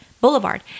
Boulevard